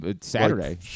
Saturday